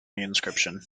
inscription